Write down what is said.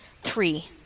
Three